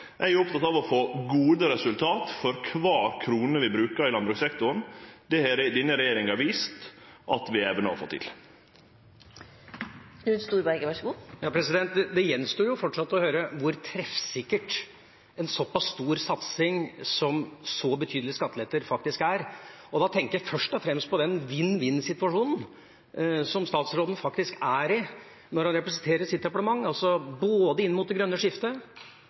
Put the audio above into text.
eg at Arbeidarpartiet stadig skal bruke meir pengar på landbruksområdet. Eg er oppteken av å få gode resultat for kvar krone vi brukar i landbrukssektoren. Det har denne regjeringa vist at vi evnar å få til. Det gjenstår fortsatt å høre hvor treffsikker en såpass stor satsing på så betydelige skatteletter, faktisk er. Da tenker jeg først og fremst på den vinn-vinn-situasjonen som statsråden faktisk er i når han representerer sitt departement – inn mot det grønne skiftet,